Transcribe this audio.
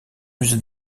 musée